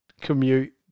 commute